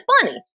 funny